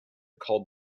called